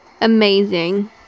amazing